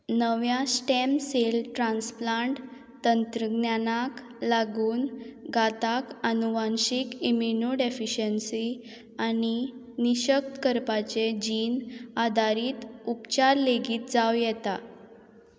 नव्या stem cell transplant तंत्रज्ञानाक लागून घाताक अनुवांशीक इमिन्योडेफिशेंसी आनी निशक्त करपाचे जीन आदारीत उपचार लेगीत जावं येता